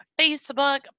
Facebook